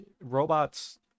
robots